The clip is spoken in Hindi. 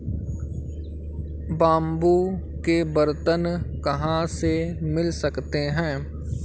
बाम्बू के बर्तन कहाँ से मिल सकते हैं?